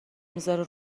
میذاره